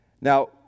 Now